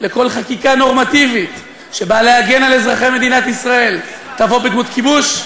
לכל חקיקה נורמטיבית שבאה להגן על אזרחי מדינת ישראל תבוא בדמות כיבוש?